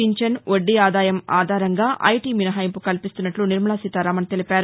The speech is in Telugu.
పింఛను వద్దీ ఆదాయం ఆధారంగా ఐటీ మినహాయింపు కల్పిస్తున్నట్టు నిర్మలా సీతారామన్ తెలిపారు